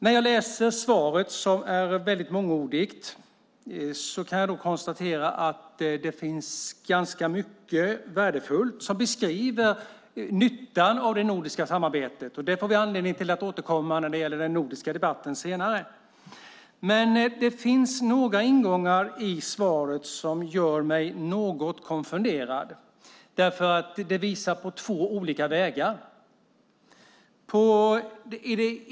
När jag läser det skriftliga svaret som är mångordigt kan jag konstatera att det finns ganska mycket värdefullt som beskriver nyttan av det nordiska samarbetet. Det får vi anledning att återkomma till när det gäller den nordiska debatten senare. Det finns några ingångar i svaret som gör mig något konfunderad. Det visar på två olika vägar.